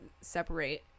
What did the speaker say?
separate